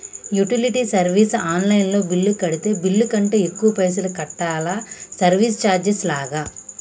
Utility service online లో bill కడితే bill కంటే ఎక్కువ పైసల్ కట్టాలా సర్వీస్ చార్జెస్ లాగా?